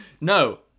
No